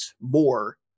more